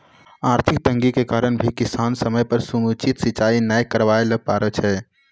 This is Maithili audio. आर्थिक तंगी के कारण भी किसान समय पर समुचित सिंचाई नाय करवाय ल पारै छै